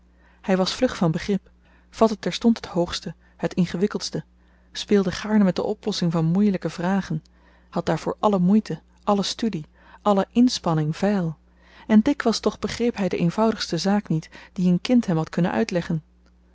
hy was vlug van begrip vatte terstond het hoogste het ingewikkeldste speelde gaarne met de oplossing van moeielyke vragen had daarvoor alle moeite alle studie alle inspanning veil en dikwyls toch begreep hy de eenvoudigste zaak niet die een kind hem had kunnen uitleggen